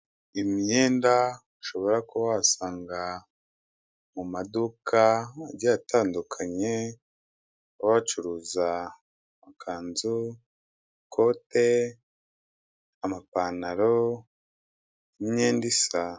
Imyenda ushobora kuba wasanga mu maduka agiye atandukanye, baba bacuruza amakanzu, ikote, amapantaro n'imyenda isa.